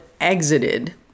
exited